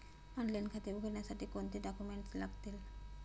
Online खाते उघडण्यासाठी कोणते डॉक्युमेंट्स लागतील?